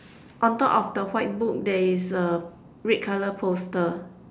on top of the white book there is a red colour poster